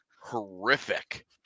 horrific